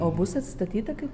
o bus atstatyta kaip